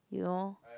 you know